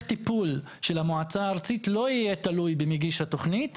הטיפול של המועצה הארצית לא יהיה תלוי במגיש התכנית,